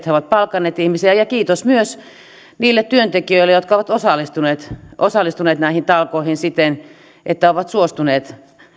he ovat palkanneet ihmisiä ja ja kiitos myös niille työntekijöille jotka ovat osallistuneet osallistuneet näihin talkoisiin siten että ovat suostuneet